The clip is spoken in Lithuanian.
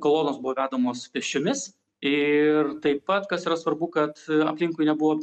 kolonos buvo vedamos pėsčiomis ir taip pat kas yra svarbu kad aplinkui nebuvo